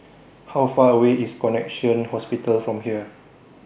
How Far away IS Connexion Hospital from here